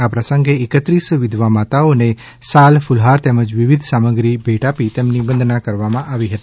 આ પ્રસંગે એકત્રીસ વિધવા માતાઓ ને સાલ કુલહાર તેમજ વિવિધ સામગ્રી ભેટ આપી તેમની વંદના કરાઈ હતી